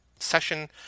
Session